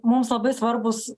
mums labai svarbūs